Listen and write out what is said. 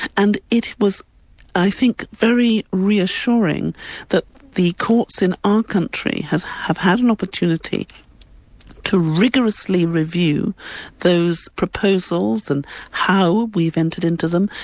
and it was i think very reassuring that the courts in our country have had an opportunity to rigorously review those proposals and how we've entered into them,